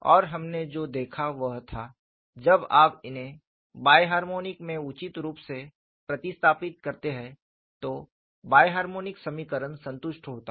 और हमने जो देखा वह था जब आप इन्हें बाय हार्मोनिक में उचित रूप से प्रतिस्थापित करते हैं तो बाय हार्मोनिक समीकरण संतुष्ट होता है